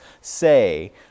say